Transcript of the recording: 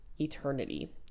eternity